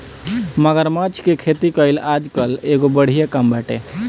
मगरमच्छ के खेती कईल आजकल एगो बढ़िया काम बाटे